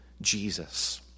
Jesus